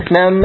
Now